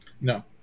No